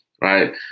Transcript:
Right